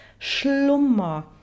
schlummer